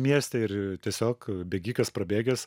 mieste ir tiesiog bėgikas prabėgęs